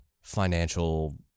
financial